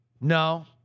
No